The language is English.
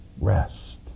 rest